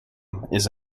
odd